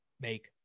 make